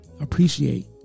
appreciate